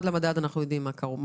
כמעט שני עשורים זה אותם 2,000 שקלים.